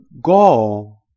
go